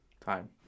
Time